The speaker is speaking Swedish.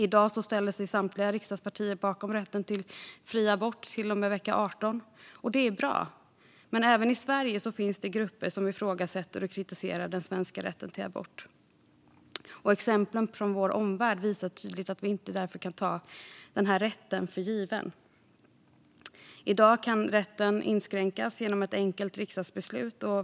I dag ställer sig samtliga riksdagspartier bakom rätten till fri abort till och med vecka 18. Det är bra, men även i Sverige finns det grupper som ifrågasätter och kritiserar den svenska rätten till abort. Exempel från vår omvärld visar tydligt att vi inte kan ta denna rätt för given. I dag kan rätten inskränkas genom ett enkelt riksdagsbeslut.